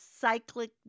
cyclic